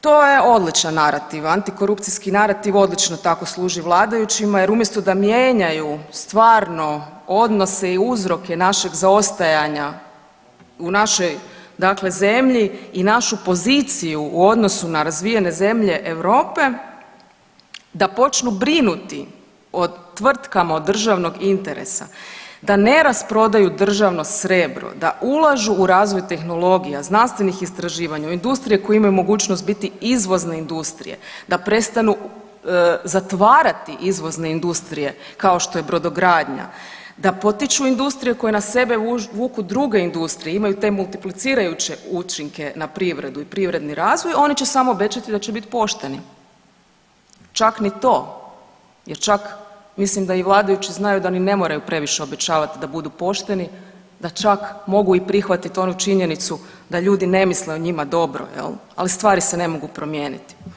To je odličan narativ, antikorupcijski narativ odlično tako služi vladajućima jer umjesto da mijenjaju stvarno odnose i uzroke našeg zaostajanja u našoj dakle zemlji i našu poziciju u odnosu na razvijene zemlje Europe, da počnu brinuti o tvrtkama od državnog interesa, da ne rasprodaju državno srebro, da ulažu u razvoj tehnologija, znanstvenih istraživanja, u industrije koje imaju mogućnost biti izvozne industrije, da prestanu zatvarati izvozne industrije kao što je brodogradnja, da potiču industrije koje na sebe vuku druge industrije, imaju te multiplicirajuće učinke na privredu i privredni razvoj, oni će samo obećati da će bit pošteni, čak ni to jer čak mislim da i vladajući znaju da ni ne moraju previše obećavati da budu pošteni, da čak mogu i prihvatit onu činjenicu da ljudi ne misle o njima dobro jel, ali stvari se ne mogu promijeniti.